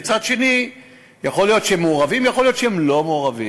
ומצד שני יכול להיות שהם מעורבים ויכול להיות שהם לא מעורבים.